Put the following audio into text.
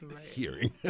hearing